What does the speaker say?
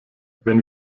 wenn